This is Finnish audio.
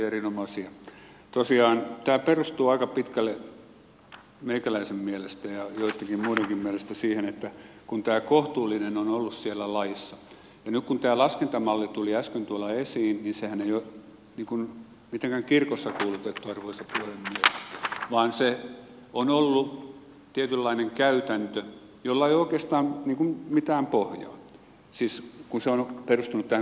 tosiaan tämä perustuu aika pitkälle meikäläisen mielestä ja joittenkin muidenkin mielestä siihen että kun tämä kohtuullinen on ollut siellä laissa ja nyt kun tämä laskentamalli tuli äsken tuolla esiin niin sehän ei ole mitenkään kirkossa kuulutettu arvoisa puhemies vaan se on ollut tietynlainen käytäntö jolla ei ole oikeastaan niin kuin mitään pohjaa siis kun se on perustunut tähän kohtuullisuuteen